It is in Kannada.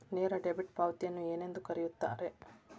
ನೇರ ಡೆಬಿಟ್ ಪಾವತಿಯನ್ನು ಏನೆಂದು ಕರೆಯುತ್ತಾರೆ?